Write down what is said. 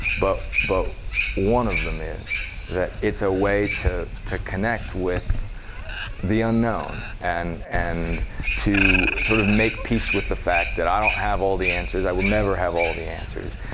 but but one of them is that it's a way to to connect with the unknown and and to sort of make peace with the fact that i don't have all the answers. i will never have all the answers.